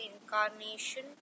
incarnation